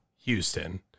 Houston